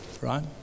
Right